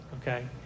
okay